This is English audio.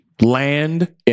land